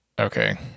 Okay